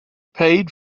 paid